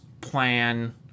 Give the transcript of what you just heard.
plan